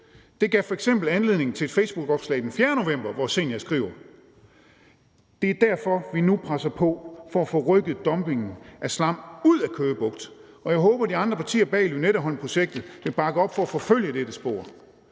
Det gav f.eks. anledning til et facebookopslag den 4. november, hvor hun skriver: Det er derfor, vi nu presser på for at få rykket dumpingen af slam ud af Køge Bugt, og jeg håber, de andre partier bag Lynetteholmprojektet vil bakke op om at forfølge dette spor,